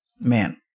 Man